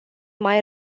mai